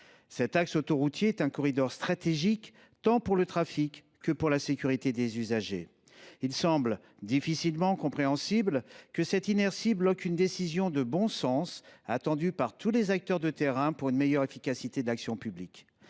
Cet axe autoroutier est un corridor stratégique, tant pour le trafic que pour la sécurité des usagers. Il semble difficilement compréhensible que cette inertie bloque une décision de bon sens, attendue par tous les acteurs de terrain pour une meilleure efficacité de l’action publique.